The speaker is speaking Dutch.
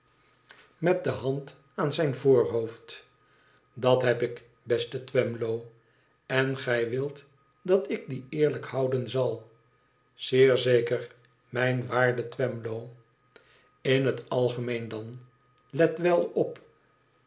met de hand aan zijn voorhoofd f dat heb ik beste twemlow in gij wilt dat ik die eerlijk houden zal izeer zeker mijn waarde twemlow in het algemeen dan let wel op